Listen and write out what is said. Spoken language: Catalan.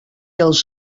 els